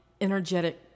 energetic